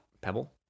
Pebble